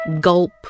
Gulp